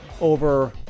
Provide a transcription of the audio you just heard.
over